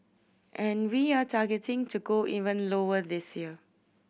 and we are targeting to go even lower this year